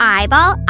Eyeball